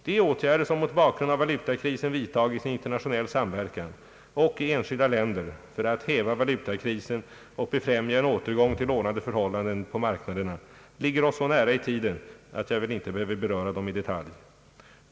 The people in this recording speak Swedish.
De åtgärder som mot bakgrund av valutakrisen vidtagits i internationell samverkan och i enskilda länder för att häva valutakrisen och befrämja en återgång till ordnade förhållanden på marknaderna ligger oss så nära i tiden att jag väl inte behöver beröra dem i detalj.